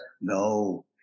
No